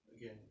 Again